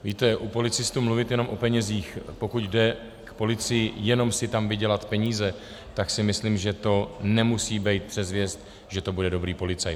Víte, u policistů mluvit jenom o penězích, pokud jde k policii jenom si tam vydělat peníze, tak si myslím, že to nemusí být předzvěst, že to bude dobrý policajt.